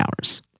hours